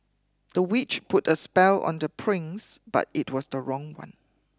the witch put a spell on the prince but it was the wrong one